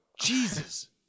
Jesus